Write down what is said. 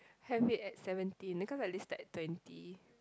have it at seventeen cause I listed at twenty